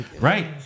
Right